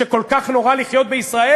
שכל כך נורא לחיות בישראל,